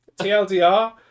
TLDR